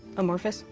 amorphous.